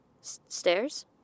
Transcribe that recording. Stairs